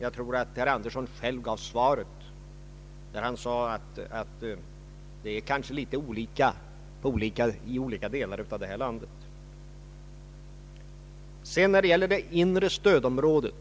Jag tror att herr Birger Andersson själv gav svaret när han sade att man kanske ser det litet olika i olika delar av landet. När det gäller det särskilda inre stöd Ang.